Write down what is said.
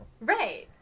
Right